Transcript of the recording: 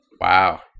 Wow